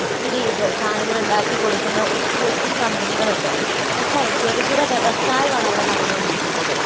ഒത്തിരി ഇത് സാധങ്ങൾ ഉണ്ടാക്കി കൊടുക്കുന്ന ഒത്തിരി ഒത്തിരി കമ്പനികളുണ്ട് വ്യവസായം ചെറുകിട വ്യവസായമാണ് അവിടെ നടന്ന് കൊണ്ടിരിക്കുന്നത്